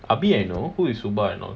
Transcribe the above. ah bee I know who is suba and all